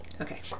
Okay